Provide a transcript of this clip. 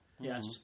yes